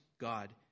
God